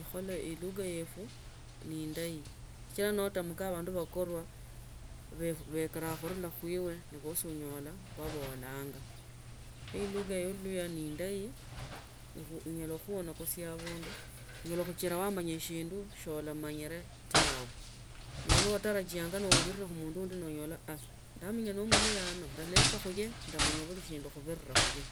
ekhole eluga yetu neindayi sichilone istamka abandu bakorwa beekela khunula khuiwe bosi onyola babolanga khe elugha ya oluluhya ne indayi inyala khukhuolokosia abundu inyala khuchira amanya eshindu shia omanyire tawe niba watarajianga nourisire khumundu undi nenyora aah ndamanya ne omuluhya ano uleika khuye ndamanga kila shindu khubirira khuye.